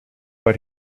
but